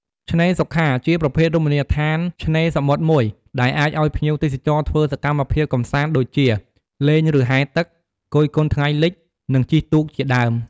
ឆ្នេរសុខា ជាប្រភេទរមណីយដ្ខានឆ្នេរសមុទ្រមួយ ដែលអាចឲ្យភ្ញៀវទេសចរធ្វើសកម្មភាពកំសាន្តដូចជា លេងឬហែលទឹក, គយគន់ថ្ងៃលិច និងជិះទូកជាដើម។